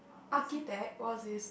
architect what's this